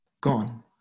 gone